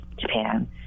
Japan